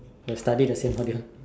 who has studied the same module